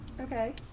Okay